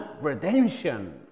redemption